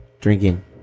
drinking